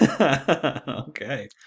Okay